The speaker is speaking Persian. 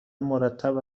مرتب